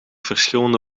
verschillende